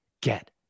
get